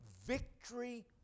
victory